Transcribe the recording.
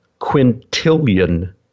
quintillion